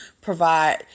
provide